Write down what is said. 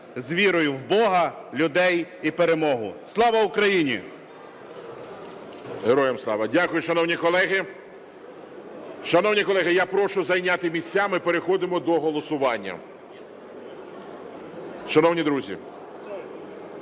З вірою в Бога, людей і перемогу. Слава Україні! ГОЛОВУЮЧИЙ. Героям Слава! Дякую, шановні колеги. Шановні колеги, я прошу зайняти місця, ми переходимо до голосування. Шановні друзі,